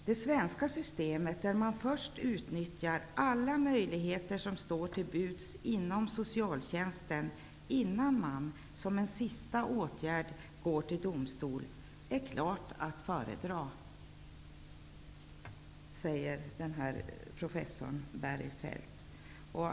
Det svenska systemet, där man först utnyttjar alla möjligheter som står till buds inom socialtjänsten innan man som en sista åtgärd går till domstol, är klart att föredra, säger professor Feld.